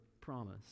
promise